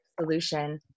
solution